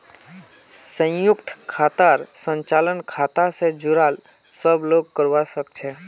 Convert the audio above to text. संयुक्त खातार संचालन खाता स जुराल सब लोग करवा सके छै